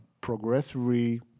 progressively